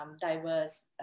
diverse